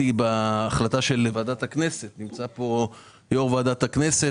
בהחלטה של ועדת הכנסת נמצא כאן יו"ר ועדת הכנסת